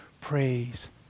Praise